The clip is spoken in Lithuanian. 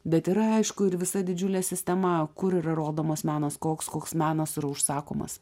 bet ir aišku ir visa didžiulė sistema kur yra rodomas menas koks koks menas užsakomas